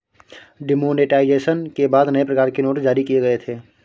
demonetisation के बाद नए प्रकार के नोट जारी किए गए थे